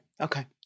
Okay